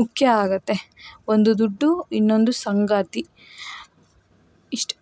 ಮುಖ್ಯ ಆಗುತ್ತೆ ಒಂದು ದುಡ್ಡು ಇನ್ನೊಂದು ಸಂಗಾತಿ ಇಷ್ಟು